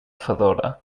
fedora